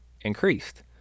increased